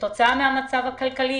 כתוצאה מהמצב הכלכלי